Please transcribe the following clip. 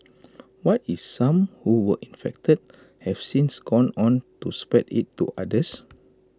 what if some who were infected have since gone on to spread IT to others